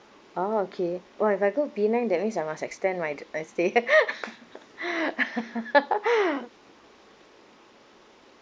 oh okay oh if I go penang that means I must extend my my stay